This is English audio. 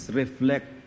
reflect